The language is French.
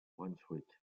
brunswick